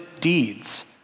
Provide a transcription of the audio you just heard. deeds